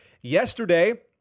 Yesterday